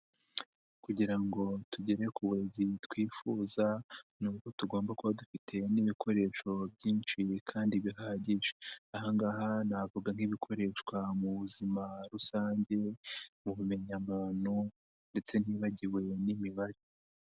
Kugira ngo tugere ku burezi twifuza, ni uko tugomba kuba dufite n'ibikoresho byinshi kandi bihagije. Aha ngaha navuga nk'ibikoreshwa mu buzima rusange, mu bumenyamuntu ndetse ntibagiwe n'imibare.